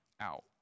out